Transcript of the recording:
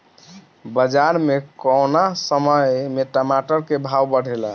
बाजार मे कौना समय मे टमाटर के भाव बढ़ेले?